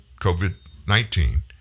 COVID-19